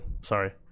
Sorry